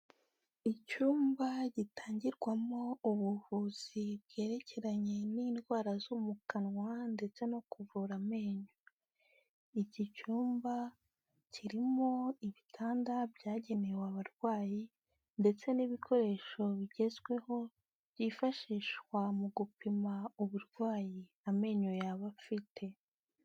Icyumba gitangirwamo ubuvuzi bwerekeranye n'indwara zo mu kanwa ndetse no kuvura amenyo, iki cyumba kirimo ibitanda byagenewe abarwayi ndetse n'ibikoresho bigezweho, byifashishwa mu gupima uburwayi amenyo yaba afite.